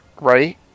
right